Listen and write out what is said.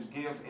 give